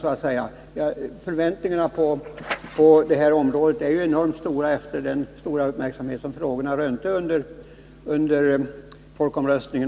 Förväntningarna när det gäller vad som skall ske på energiområdet är ju enormt stora efter den uppmärksamhet som energifrågorna rönte inför folkomröstningen.